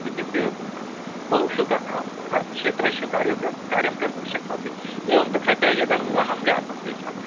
इत्युक्ते बहुषु काः के क्षेत्रेषु कार्यं कार्यं कर्तुं शक्नोति एवं तथा च यदा विवाहः जातः तासां